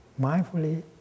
mindfully